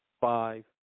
five